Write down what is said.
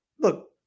Look